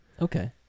Okay